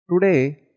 today